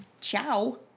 Ciao